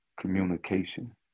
communication